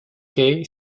kay